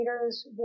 leaders